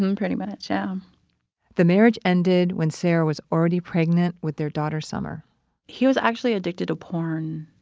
and pretty much, yeah um the marriage ended when sara was already pregnant with their daughter summer he was actually addicted to porn,